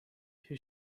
who